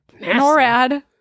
NORAD